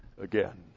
again